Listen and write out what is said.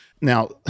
Now